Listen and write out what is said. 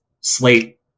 slate